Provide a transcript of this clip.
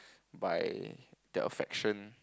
by their affection